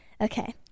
Okay